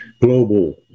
global